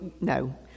no